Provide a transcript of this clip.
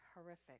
horrific